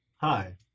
Hi